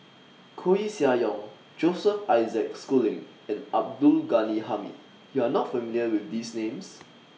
Koeh Sia Yong Joseph Isaac Schooling and Abdul Ghani Hamid YOU Are not familiar with These Names